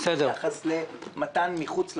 ביחס למתן מחוץ לחוק,